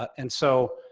and so,